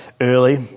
early